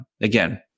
again